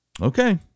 Okay